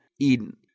Eden